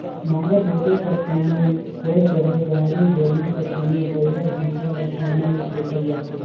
नांगर जोते कर समे होए चहे दउंरी, बेलना कर समे बइला भइसा ल पैना मे कोचल जाथे